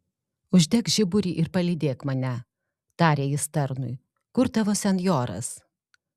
uždek žiburį ir palydėk mane tarė jis tarnui kur tavo senjoras